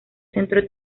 centro